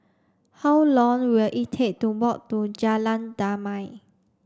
how long will it take to walk to Jalan Damai